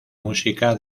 música